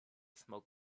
smoke